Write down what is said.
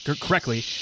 correctly